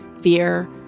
fear